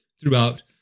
throughout